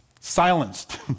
silenced